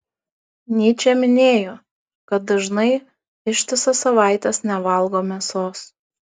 nyčė minėjo kad dažnai ištisas savaites nevalgo mėsos